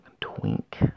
twink